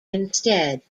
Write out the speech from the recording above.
instead